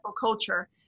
culture